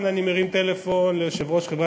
אתם הנחתם, אדוני היושב-ראש,